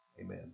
Amen